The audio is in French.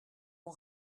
mon